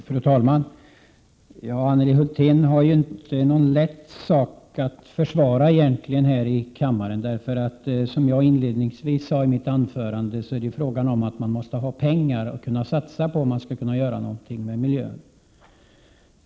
Fru talman! Anneli Hulthén har inte någon lätt sak att försvara här i kammaren. Som jag inledningsvis sade i mitt anförande måste man ha pengar att satsa om man skall kunna göra någonting för miljön.